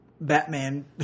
Batman